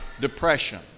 depression